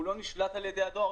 הוא לא נשלט על ידי הדואר,